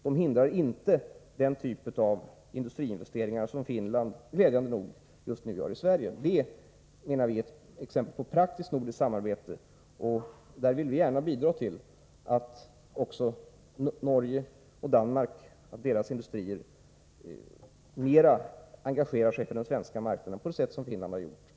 De hindrar inte den typ av industriinvesteringar som Finland glädjande nog gjort i Sverige. Det är ett exempel på praktiskt nordiskt samarbete. Vi vill gärna bidra till att också de norska och danska industrierna engarerar sig mera på den svenska marknaden, på samma sätt som de finska har gjort.